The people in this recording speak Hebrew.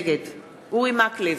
נגד אורי מקלב,